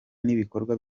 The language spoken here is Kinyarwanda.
n’ibikorwa